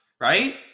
right